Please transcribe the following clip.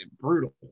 brutal